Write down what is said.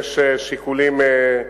ויש שיקולים,